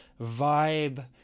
vibe